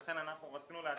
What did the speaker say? לכן אנחנו רצינו לומר,